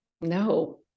No